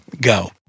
go